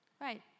Right